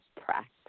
practice